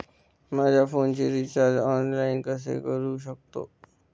माझ्या फोनचे recharge online कसे करू शकतो?